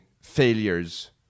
failures